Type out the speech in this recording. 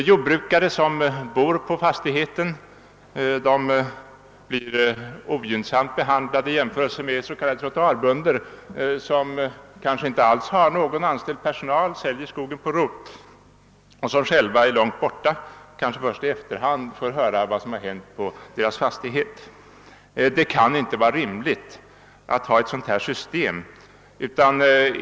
Jordbrukare som bor på fastigheten blir också ogynnsamt behandlade jämfört med s.k. trottoarbönder, som kanske inte har någon anställd personal alls utan säljer skogen på rot och som själva befinner sig långt borta och kanske först i efterhand får höra vad som hänt på fastigheten. Det kan inte vara rimligt med ett sådant system.